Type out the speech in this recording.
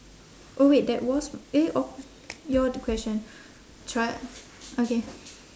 oh wait that was eh orh your question tr~ okay